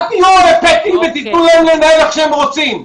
אל תהיו להם לנהל איך שהם רוצים.